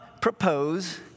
propose